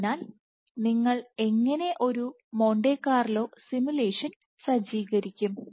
അതിനാൽ നിങ്ങൾ എങ്ങനെ ഒരു മോണ്ടെ കാർലോ സിമുലേഷൻ സജ്ജീകരിക്കും